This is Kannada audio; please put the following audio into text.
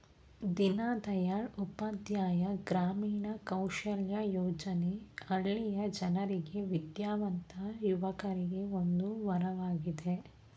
ದೀನದಯಾಳ್ ಉಪಾಧ್ಯಾಯ ಗ್ರಾಮೀಣ ಕೌಶಲ್ಯ ಯೋಜನೆ ಹಳ್ಳಿಯ ಜನರಿಗೆ ವಿದ್ಯಾವಂತ ಯುವಕರಿಗೆ ಒಂದು ವರವಾಗಿದೆ